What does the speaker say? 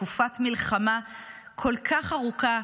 תקופת מלחמה כל כך ארוכה,